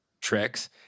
tricks